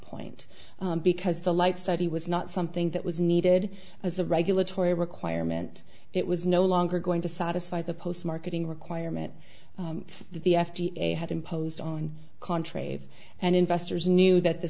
point because the light study was not something that was needed as a regulatory requirement it was no longer going to satisfy the post marketing requirement the f d a had imposed on contra if and investors knew that the